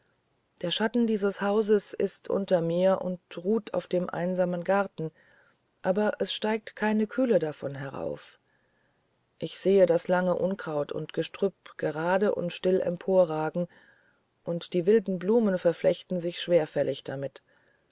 der schatten dieses hauses ist unter mir und ruht auf dem einsamen garten aber es steigt keine kühle davon herauf ich sehe das lange unkraut und gestrüpp gerade und still emporragen und die wilden blumen verflechtensichschwerfälligdamit esstehteinbauminmeinernäheunddieblätter sehenaus